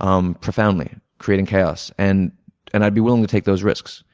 um profoundly creating chaos and and i'd be willing to take those risks.